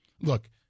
Look